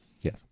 Yes